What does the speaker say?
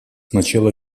начала